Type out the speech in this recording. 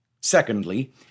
Secondly